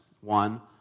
One